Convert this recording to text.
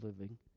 living